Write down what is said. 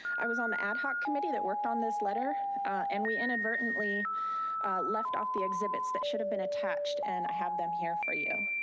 i was on the ad hoc community that worked on this letter and we inadvertently left off the exhibits that should have been attached and i have them here for you.